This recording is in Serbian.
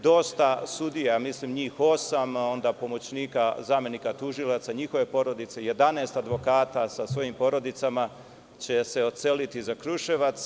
Dosta sudija, mislim njih osam, onda pomoćnika, zamenika tužilaca, njihove porodice i 11 advokata sa svojim porodicama će se odseliti za Kruševac.